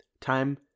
Time